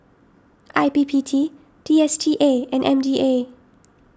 I P P T D S T A and M D A